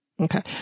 Okay